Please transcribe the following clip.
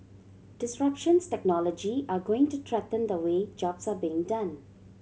disruptions technology are going to threaten the way jobs are being done